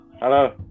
Hello